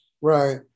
Right